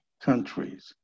countries